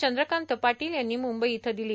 चंद्रकांत पाटील यांनी मुंबई इथं दिली